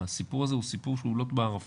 שהסיפור הזה הוא סיפור שהוא לוט בערפל,